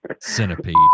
Centipede